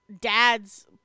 dad's